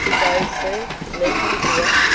go, sir? leave you here?